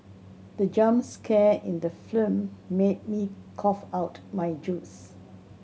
the jump scare in the film made me cough out my juice